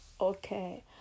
Okay